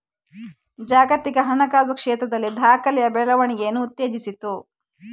ಜಾಗತಿಕ ಹಣಕಾಸು ಕ್ಷೇತ್ರದಲ್ಲಿ ದಾಖಲೆಯ ಬೆಳವಣಿಗೆಯನ್ನು ಉತ್ತೇಜಿಸಿತು